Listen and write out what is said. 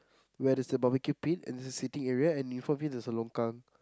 where there's a barbecue pit and there's a seating area and in front of it there's a longkang